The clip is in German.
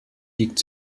liegt